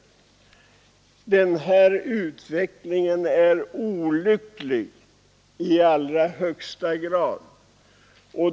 Den här utvecklingen är olycklig i allra högsta grad.